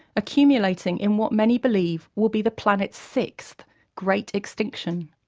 accumulating in what many believe will be the planet's sixth great extinction.